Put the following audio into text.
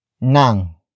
Nang